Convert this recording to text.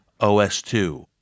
OS2